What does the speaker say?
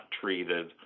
treated